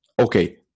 okay